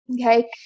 Okay